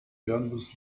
fernbus